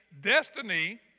destiny